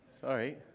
sorry